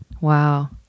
Wow